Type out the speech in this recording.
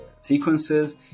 sequences